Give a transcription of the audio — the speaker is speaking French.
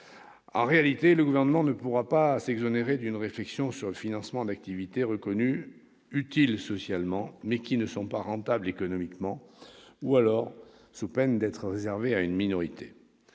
En réalité, le Gouvernement ne pourra pas s'exonérer d'une réflexion sur le financement d'activités reconnues utiles socialement, mais qui ne sont pas rentables économiquement, ou alors seulement si elles sont réservées à une minorité.